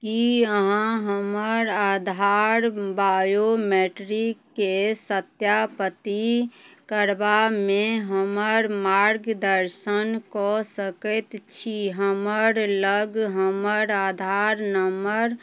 कि अहाँ हमर आधार बायोमेट्रिककेँ सत्यापित करबामे हमर मार्गदर्शन कऽ सकै छी हमरलग हमर आधार नम्बर